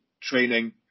training